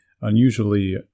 unusually